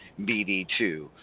BD2